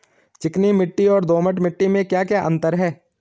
चिकनी मिट्टी और दोमट मिट्टी में क्या क्या अंतर है?